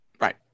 right